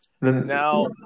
Now